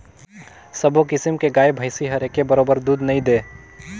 सबो किसम के गाय भइसी हर एके बरोबर दूद नइ दे